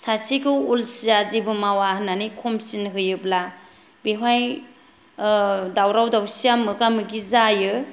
सासेखौ अलसिया जेबो मावा होननानै खमसिन होयोब्ला बेवहाय दावराव दावसिया मोगा मोगि जायो